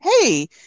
hey